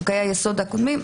חוקי-היסוד הקודמים,